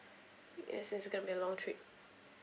yes it's going to be a long trip